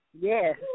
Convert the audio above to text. Yes